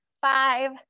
five